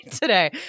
today